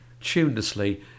tunelessly